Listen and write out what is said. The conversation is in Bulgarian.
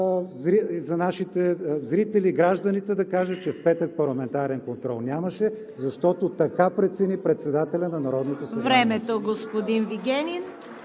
за нашите зрители, за гражданите да кажа, че в петък парламентарен контрол нямаше, защото така прецени председателят на Народното събрание.